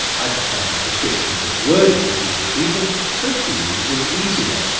i just find that description a bit wordy to keep repeating, so feelie is easier.